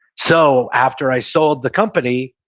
so after i sold the company,